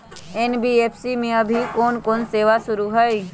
NBFC में अभी कोन कोन सेवा शुरु हई?